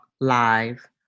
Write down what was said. Live